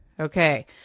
Okay